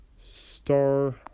star